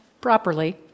properly